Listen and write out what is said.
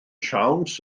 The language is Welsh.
siawns